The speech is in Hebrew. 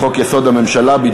לחוק-יסוד: הממשלה.